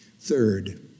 Third